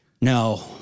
no